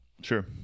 sure